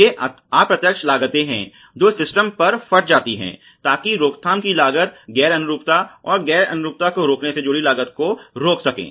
तो ये अप्रत्यक्ष लागतें हैं जो सिस्टम पर फट जाती हैं ताकि रोकथाम की लागत गैर अनुरूपता और गैर अनुरूपता को रोकने से जुड़ी लागत को रोक सके